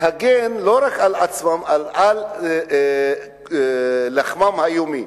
להגן לא רק על עצמם, אלא על לחמם היומי.